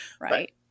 Right